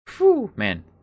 man